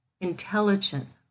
intelligent